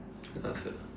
ya sia